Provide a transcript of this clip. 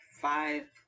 five